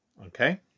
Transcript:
Okay